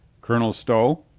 colonel stow?